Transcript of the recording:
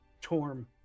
Torm